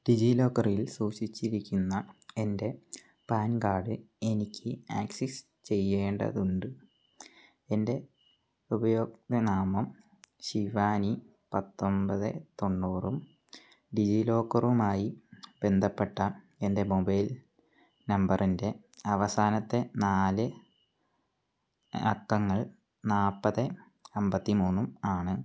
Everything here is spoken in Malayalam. ഡിജിലോക്കറിൽ സൂക്ഷിച്ചിരിക്കുന്ന എൻ്റെ പാൻ കാർഡ് എനിക്ക് ആക്സിസ് ചെയ്യേണ്ടതുണ്ട് എൻ്റെ ഉപഭോക്തൃ നാമം ശിവാനി പത്തൊമ്പത് തൊണ്ണൂറും ഡിജിലോക്കറുമായി ബന്ധപ്പെട്ട എൻ്റെ മൊബൈൽ നമ്പറിൻ്റെ അവസാനത്തെ നാല് അക്കങ്ങൾ നാൽപ്പത് അമ്പത്തി മൂന്നും ആണ്